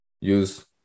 use